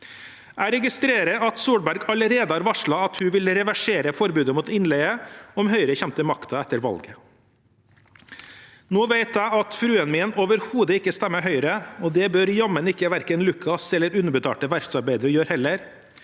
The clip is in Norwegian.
Jeg registrerer at Solberg allerede har varslet at hun vil reversere forbudet mot innleie om Høyre kommer til makten etter valget. Nå vet jeg at fruen min overhodet ikke stemmer Høyre, og det bør jammen ikke Lukas eller underbetalte verftsarbeidere gjøre heller